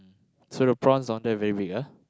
so the prawns down there very big ah